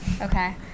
okay